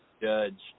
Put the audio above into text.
Judge